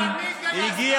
הגיע